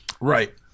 right